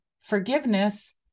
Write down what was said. forgiveness